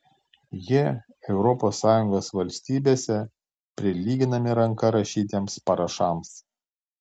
jie europos sąjungos valstybėse prilyginami ranka rašytiems parašams